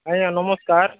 ଆଜ୍ଞା ନମସ୍କାର